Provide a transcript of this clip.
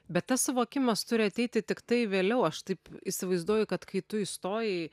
bet tas suvokimas turi ateiti tiktai vėliau aš taip įsivaizduoju kad kai tu įstojai